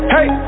Hey